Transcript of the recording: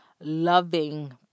loving